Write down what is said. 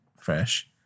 fresh